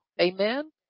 Amen